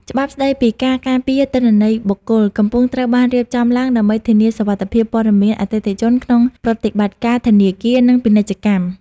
ច្បាប់ស្ដីពីការការពារទិន្នន័យបុគ្គល កំពុងត្រូវបានរៀបចំឡើងដើម្បីធានាសុវត្ថិភាពព័ត៌មានអតិថិជនក្នុងប្រតិបត្តិការធនាគារ និងពាណិជ្ជកម្ម។